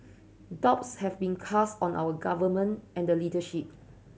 doubts have been cast on our Government and the leadership